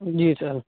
جی سر